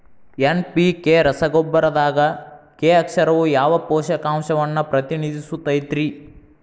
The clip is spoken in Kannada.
ಎನ್.ಪಿ.ಕೆ ರಸಗೊಬ್ಬರದಾಗ ಕೆ ಅಕ್ಷರವು ಯಾವ ಪೋಷಕಾಂಶವನ್ನ ಪ್ರತಿನಿಧಿಸುತೈತ್ರಿ?